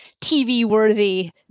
TV-worthy